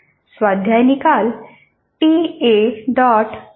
स्वाध्याय निकाल ta